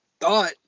thought